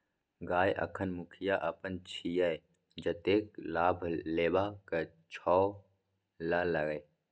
गय अखन मुखिया अपन छियै जतेक लाभ लेबाक छौ ल लए